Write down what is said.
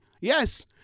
yes